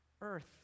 earth